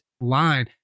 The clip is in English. line